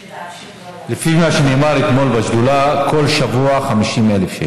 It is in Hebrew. לפי מה שנאמר אתמול בשדולה, כל שבוע 50,000 שקל.